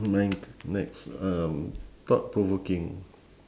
mine next um thought provoking